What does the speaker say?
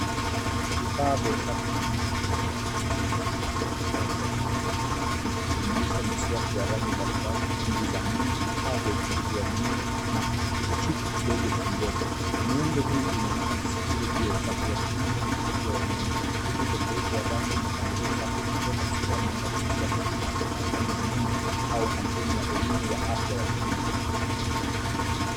Vifaa vya usafi na meno vimepangwa kwa mpangilio mzuri juu ya mandhari ya bluu vikijumuisha miswaki ya rangi mbalimbali , nyuzi za meno, vifaa vya uchunguzi wa meno na kijichupa kodogo cha mdomo . Muundo huu unaonyesha msisitizo juu ya usafi wa kiimo na afya ya meno huku utofauti wa rangi na mpangilio safi ukitoa taswira ya maandalizi ya huduma ya kitaalamu ya meno au kampeni ya elimu ya afya ya kinywa.